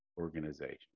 organization